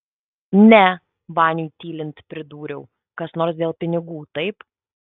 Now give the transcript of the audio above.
ne baniui tylint pridūriau kas nors dėl pinigų taip